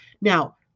Now